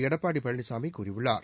எடப்பாடி பழனிசாமி கூறியுள்ளார்